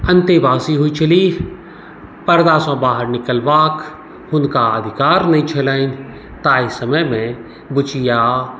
अंतेवासी होइत छली पर्दासँ बाहर निकलबाक हुनका अधिकार नहि छलनि ताहि समयमे बूचिआ